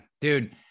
dude